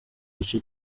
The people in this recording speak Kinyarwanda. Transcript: gice